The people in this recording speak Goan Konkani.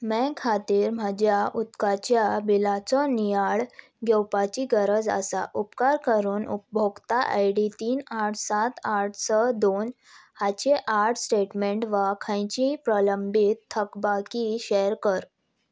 मे खातीर म्हज्या उदकाच्या बिलाचो नियाळ घेवपाची गरज आसा उपकार करून उपभोक्ता आय डी तीन आठ सात आठ स दोन हाचे आठ स्टेटमेंट वा खंयचीय प्रलंबीत थकबाकी शॅअर कर